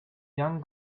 young